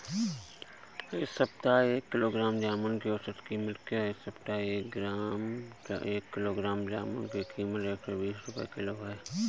इस सप्ताह एक किलोग्राम जामुन की औसत कीमत क्या है?